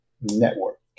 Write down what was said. network